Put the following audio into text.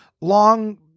long